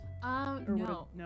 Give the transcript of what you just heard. No